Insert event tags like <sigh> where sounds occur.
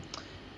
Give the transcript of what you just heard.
<noise>